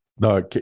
No